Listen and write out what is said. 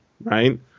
right